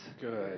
good